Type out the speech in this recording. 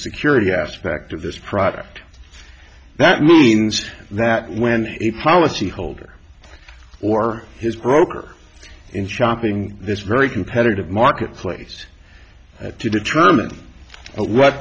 security aspect of this product that means that when a policy holder or his broker in shopping this very competitive marketplace to determine what